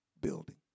building